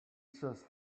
such